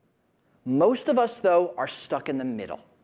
most of us though are stuck in the middle.